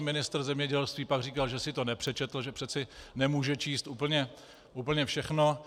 Ministr zemědělství pak říkal, že si to nepřečetl, že přece nemůže číst úplně všechno.